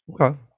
Okay